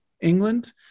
England